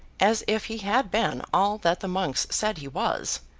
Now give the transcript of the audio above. as if he had been all that the monks said he was,